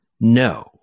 no